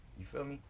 you feel me?